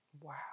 Wow